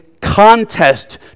contest